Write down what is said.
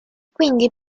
quindi